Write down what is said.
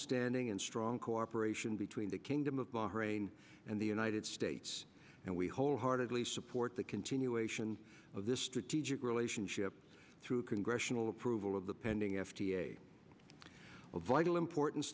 longstanding and strong cooperation between the kingdom of bahrain and the united states and we wholeheartedly support the continuation of this strategic relationship through congressional approval of the pending f d a of vital importance